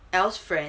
el's friend